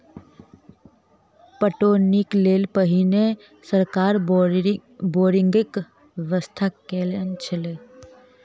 पटौनीक लेल पहिने सरकार बोरिंगक व्यवस्था कयने छलै